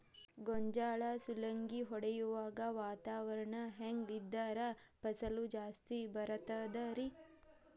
ಗೋಂಜಾಳ ಸುಲಂಗಿ ಹೊಡೆಯುವಾಗ ವಾತಾವರಣ ಹೆಂಗ್ ಇದ್ದರ ಫಸಲು ಜಾಸ್ತಿ ಬರತದ ರಿ?